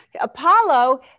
Apollo